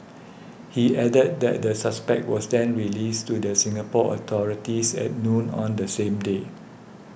he added that the suspect was then released to the Singapore authorities at noon on the same day